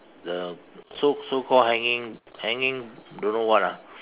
uh so so called hanging hanging don't know what ah